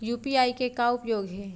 UPI के का उपयोग हे?